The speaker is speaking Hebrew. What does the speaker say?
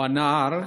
או הנער,